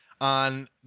on